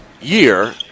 year